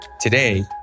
Today